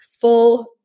full